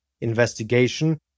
investigation